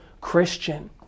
Christian